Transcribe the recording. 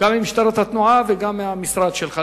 גם ממשטרת התנועה וגם מהמשרד שלך,